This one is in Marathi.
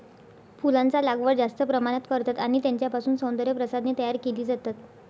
फुलांचा लागवड जास्त प्रमाणात करतात आणि त्यांच्यापासून सौंदर्य प्रसाधने तयार केली जातात